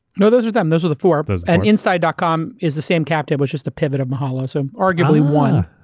no, those are them, those are the four. and inside. ah com is the same captive which is the pivot of mahalo so arguably one.